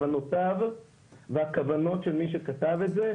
כוונותיו והכוונות של מי שכתב את זה,